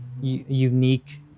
unique